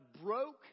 broke